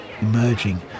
emerging